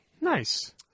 Nice